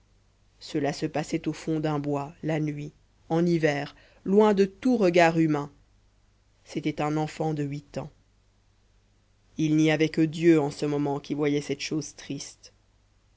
cela se passait au fond d'un bois la nuit en hiver loin de tout regard humain c'était un enfant de huit ans il n'y avait que dieu en ce moment qui voyait cette chose triste